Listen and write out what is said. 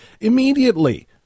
immediately